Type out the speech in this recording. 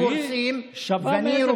היא שווה מאיזו